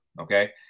okay